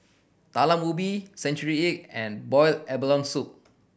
Talam Ubi century egg and boiled abalone soup